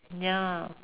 ya